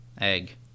Egg